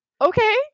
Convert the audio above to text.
okay